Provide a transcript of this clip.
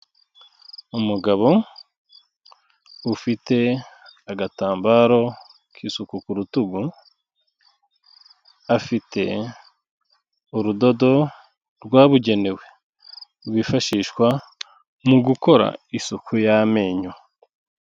Umugabo ufite agatambaro k'isuku ku rutugu, afite urudodo rwabugenewe rwifashishwa mu gukora isuku y'amenyo.